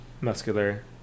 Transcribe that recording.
Muscular